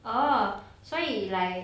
orh 所以 like